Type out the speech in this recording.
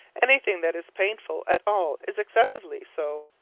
anything that is painful at all is excessively so.